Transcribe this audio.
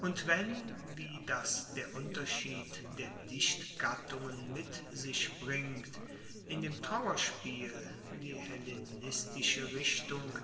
und wenn wie das der unterschied der dichtgattungen mit sich bringt in dem trauerspiel die hellenistische richtung